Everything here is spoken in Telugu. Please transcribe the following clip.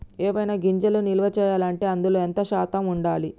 ఏవైనా గింజలు నిల్వ చేయాలంటే అందులో ఎంత శాతం ఉండాలి?